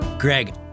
Greg